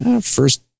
first